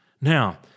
Now